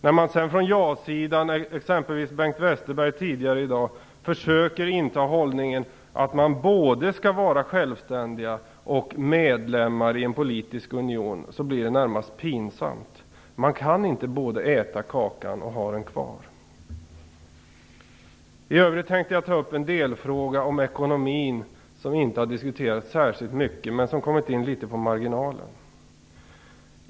När man sedan från ja-sidan - exempelvis gjorde Bengt Westerberg det tidigare i dag - försöker inta hållningen att man skall vara både självständig och medlem i en politisk union, blir det närmast pinsamt. Man kan inte både äta kakan och ha den kvar. I övrigt tänkte jag ta upp en delfråga om ekonomin som inte har diskuterats särskilt mycket men som kommit in litet på marginalen.